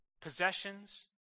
possessions